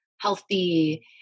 healthy